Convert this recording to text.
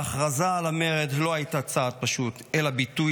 ההכרזה על המרד לא הייתה צעד פשוט אלא ביטוי